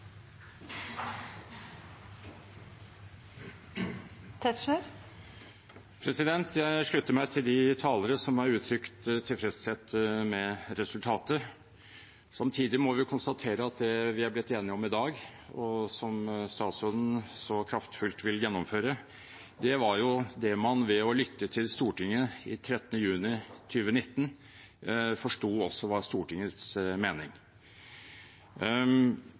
Jeg slutter meg til de talere som har uttrykt tilfredshet med resultatet. Samtidig må vi konstatere at det vi er blitt enige om i dag, og som statsråden så kraftfullt vil gjennomføre, var det man ved å lytte til Stortinget 13. juni 2019 forsto også var Stortingets mening.